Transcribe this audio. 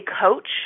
coach